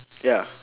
ya